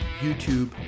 YouTube